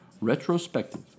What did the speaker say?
retrospective